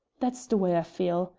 that's the way i feel.